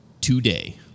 today